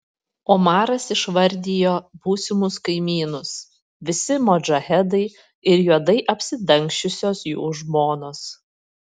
omaras išvardijo būsimus kaimynus visi modžahedai ir juodai apsidangsčiusios jų žmonos